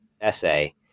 essay